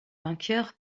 vainqueur